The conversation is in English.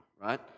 right